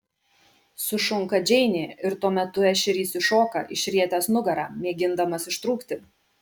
sušunka džeinė ir tuo metu ešerys iššoka išrietęs nugarą mėgindamas ištrūkti